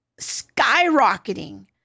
skyrocketing